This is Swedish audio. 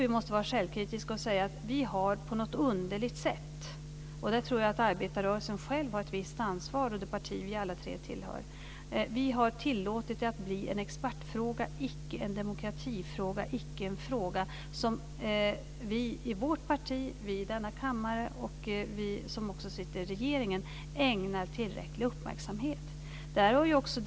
Vi måste vara självkritiska och säga att vi, på ett underligt sätt, har tillåtit det att bli en expertfråga och icke en demokratifråga eller en fråga som vi ägnar tillräcklig uppmärksamhet - vi i vårt parti, vi i denna kammare och vi som också sitter i regeringen. Arbetarrörelsen och det parti vi alla tre tillhör har ett visst ansvar för det.